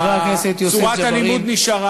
חבר הכנסת יוסף ג'בארין, צורת הלימוד נשארה,